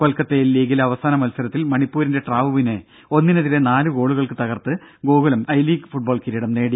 കൊൽക്കത്തയിൽ ലീഗിലെ അവസാന മത്സരത്തിൽ മണിപ്പൂരിന്റെ ട്രാവുവിനെ ഒന്നിനെതിരെ നാലു ഗോളുകൾക്ക് തകർത്ത് ഗോകുലം ഐ ലീഗ് ഫുട്ബോൾ കിരീടം നേടി